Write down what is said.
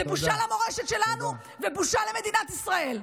זה בושה למורשת שלנו ובושה למדינת ישראל.